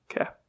okay